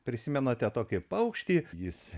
prisimenate tokį paukštį jis